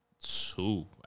Two